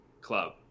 club